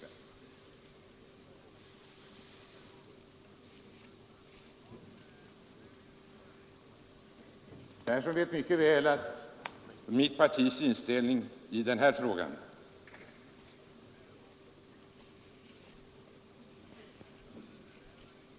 Herr Persson känner mycket väl till mitt partis inställning i den här frågan.